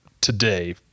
today